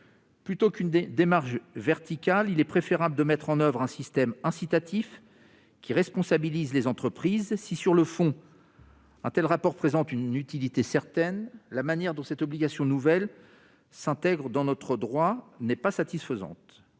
Plutôt qu'une démarche vertical, il est préférable de mettre en oeuvre un système incitatif qui responsabilise les entreprises si sur le fond, a-t-elle rapport présente une utilité certaine la manière dont cette obligation nouvelle s'intègre dans notre droit n'est pas satisfaisante,